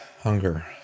hunger